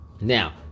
Now